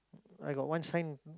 I got one friend